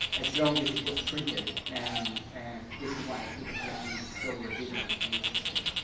as long as it was printed. and and this is why i think the collection is so riveting and interesting.